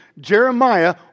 Jeremiah